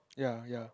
ya ya